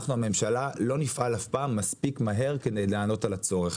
אנחנו הממשלה לא נפעל אף פעם מספיק מהר כדי לענות על הצורך.